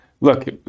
look